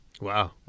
Wow